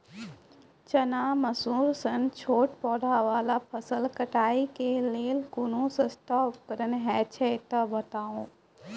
चना, मसूर सन छोट पौधा वाला फसल कटाई के लेल कूनू सस्ता उपकरण हे छै तऽ बताऊ?